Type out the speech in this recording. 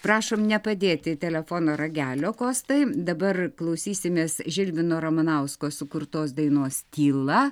prašom nepadėti telefono ragelio kostai dabar klausysimės žilvino ramanausko sukurtos dainos tyla